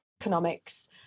economics